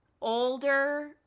older